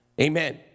Amen